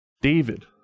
David